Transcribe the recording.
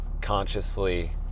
consciously